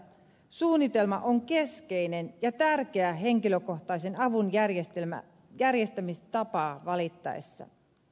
suunnitelma on keskeinen ja tärkeä asia henkilökohtaisen avun järjestämistapaa valittaessa